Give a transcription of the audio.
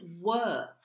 work